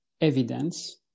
evidence